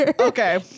okay